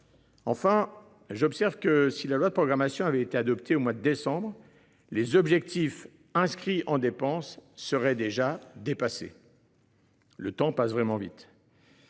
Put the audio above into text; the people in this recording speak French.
Enfin, j'observe que si la loi de programmation avait été adopté au mois de décembre. Les objectifs inscrits en dépenses serait déjà dépassé. Le temps passe vraiment vite.